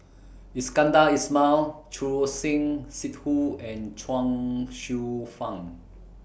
Iskandar Ismail Choor Singh Sidhu and Chuang Hsueh Fang